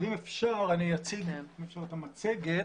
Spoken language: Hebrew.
אם אפשר, אני אציג את המצגת.